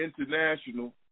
international